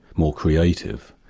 more creative.